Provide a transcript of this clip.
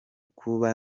kuba